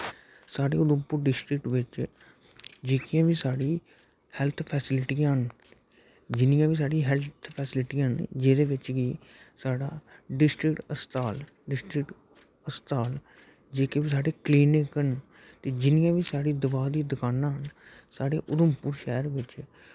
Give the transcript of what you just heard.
साढ़े उधमपुर डिस्ट्रिक बिच जेह्कियां बी साढ़ियां हैल्थ फैसिलिटियां न जिन्नियां बी साढ़ियां हैल्थ फैसिलिटियां न जेह्दे बिच कि साढ़ा डिस्ट्रिक अस्पताल न डिस्ट्रिक अस्पताल जेह्के बी साढ़े कलीनिक न ते जिन्नियां बी साढ़ी दवाऽ दी दकानां न साढ़े उधमपुर शैह्र बिच